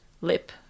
lip